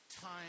time